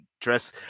dress